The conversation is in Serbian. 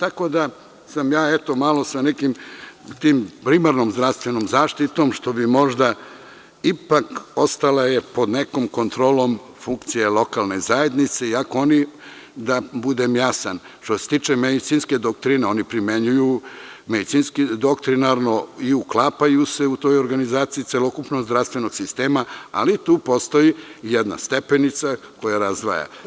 Ja sam malo sa tom primarnom zdravstvenom zaštitom, koja je ipak ostala pod nekom kontrolnom funkcije lokalne zajednice, iako oni, da budem jasan, što se tiče medicinske doktrine, primenjuju medicinski i uklapaju se u toj organizaciji celokupnog zdravstvenog sistema, ali tu postoji jedna stepenica koja razdvaja.